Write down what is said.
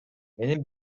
менин